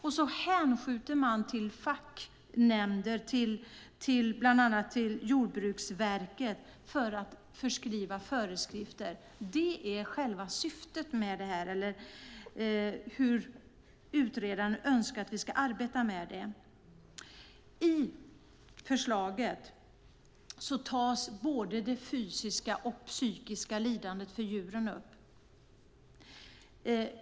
Man hänskjuter till facknämnder, till bland annat Jordbruksverket, att skriva föreskrifter. Det är själva syftet. Det är så utredaren önskar att vi ska arbeta med detta. I förslaget tas både det fysiska och det psykiska lidandet för djuren upp.